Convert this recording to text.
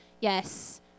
Yes